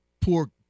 poor